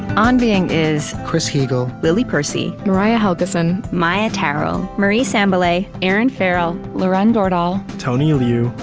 on being is chris heagle, lily percy, mariah helgeson, maia tarrell, marie sambilay, erinn farrell, lauren dordal, tony liu,